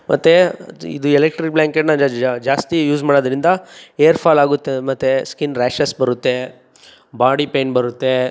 ಮತ್ತು ಅದು ಇದು ಎಲೆಕ್ಟ್ರಿಕ್ ಬ್ಲ್ಯಾಂಕೆಟ್ನ ಜಾಸ್ತಿ ಯೂಸ್ ಮಾಡೋದ್ರಿಂದ ಏರ್ ಫಾಲಾಗುತ್ತೆ ಮತ್ತು ಸ್ಕಿನ್ ರ್ಯಾಷಸ್ ಬರುತ್ತೆ ಬಾಡಿ ಪೈನ್ ಬರುತ್ತೆ